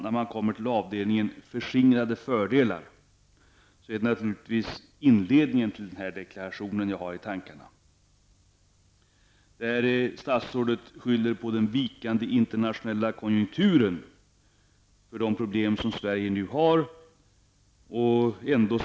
När man kommer till avdelningen förskingrade fördelar -- det är naturligtvis inledningen till den här deklarationen jag har i tankarna -- skyller statsrådet de problem som Sverige nu har på den vikande konjunkturen.